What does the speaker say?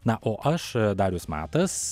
na o aš darius matas